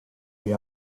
the